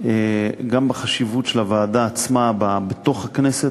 גם בחשיבות של הוועדה עצמה בתוך הכנסת,